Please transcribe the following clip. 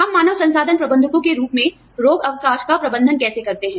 हम मानव संसाधन प्रबंधकों के रूप में रोग अवकाश का प्रबंधन कैसे करते हैं